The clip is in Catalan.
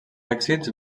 èxits